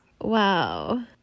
wow